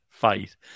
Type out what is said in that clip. Fight